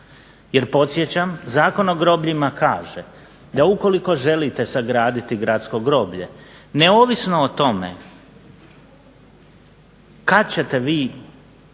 Jer, podsjećam, Zakon o grobljima kaže da ukoliko želite sagraditi gradsko groblje neovisno o tome kad ćete vi